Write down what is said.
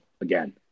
again